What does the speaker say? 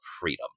freedom